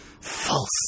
false